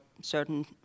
certain